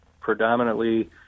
predominantly